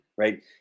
Right